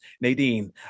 nadine